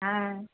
ஆ